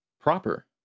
proper